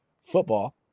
Football